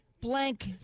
blank